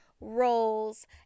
roles